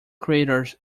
craters